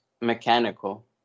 mechanical